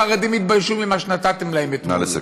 החרדים יתביישו ממה שנתתם להם אתמול,